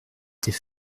était